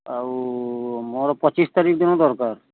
ଆଉ ମୋର ପଚିଶ ତାରିଖ ଦିନ ଦରକାର